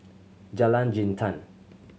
Jalan Jintan